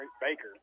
Baker